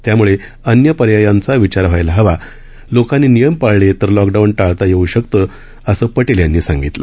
त्यामुळेच अन्य पर्यायांचा विचार व्हायला हवा लोकांनी नियम पाळले तर लॉकडाऊन टाळता येऊ शकतं असं पटेल यांनी सांगितलं